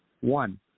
one